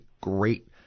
great